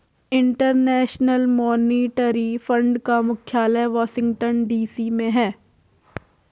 international monetary fund का मुख्यालय Washington DC में है